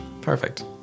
Perfect